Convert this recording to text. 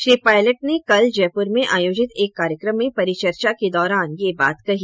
Shri Pilot ने कल जयपुर में आयोजित एक कार्यक्रम में परिचर्चा के दौरान यह बात कही